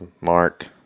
Mark